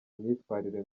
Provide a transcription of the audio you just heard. imyitwarire